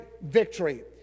victory